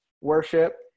worship